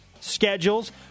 Schedules